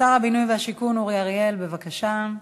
שר הבינוי והשיכון אורי אריאל, בבקשה.